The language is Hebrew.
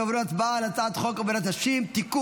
אנו עוברים להצבעה על הצעה חוק עבודת נשים (תיקון,